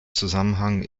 zusammenhang